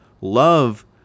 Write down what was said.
love